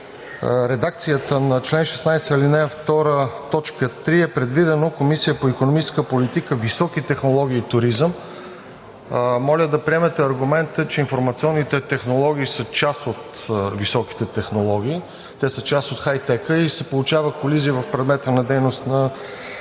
в редакцията на чл. 16, ал. 2, т. 3 е предвидена Комисия по икономическа политика, високи технологии и туризъм. Моля да приемате аргумента, че информационните технологии са част от високите технологии, част от хайтека и се получава колизия в предмета на дейност на двете комисии.